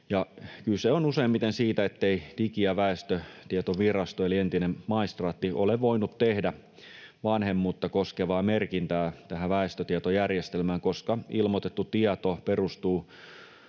Kyse on useimmiten siitä, ettei Digi- ja väestötietovirasto eli entinen maistraatti ole voinut tehdä vanhemmuutta koskevaa merkintää tähän väestötietojärjestelmään, koska ilmoitettu tieto perustuu